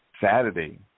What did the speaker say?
Saturday